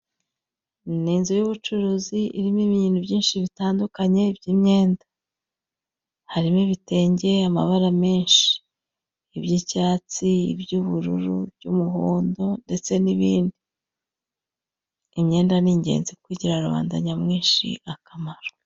Ni inzu y'ubucuruzi irimo ibintu byinshi bitandukanye, by'imyenda. Harimo ibitenge, amabara menshi: iby'icyatsi, iby'ubururu, iby'umuhondo, ndetse n'ibindi. Imyenda ni ingenzi ku igirira rubanda nyamwinshi akamaro.